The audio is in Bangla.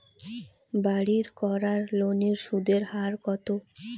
বাড়ির করার লোনের সুদের হার কত?